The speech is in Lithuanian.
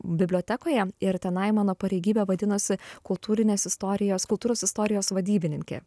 bibliotekoje ir tenai mano pareigybė vadinosi kultūrinės istorijos kultūros istorijos vadybininkė